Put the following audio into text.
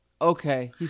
Okay